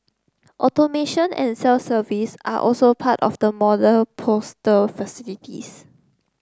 automation and self service are also part of the modern postal facilities